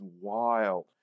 wild